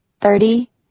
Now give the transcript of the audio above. Thirty